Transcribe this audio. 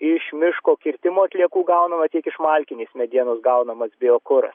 iš miško kirtimo atliekų gaunama tiek iš malkinės medienos gaunamas biokuras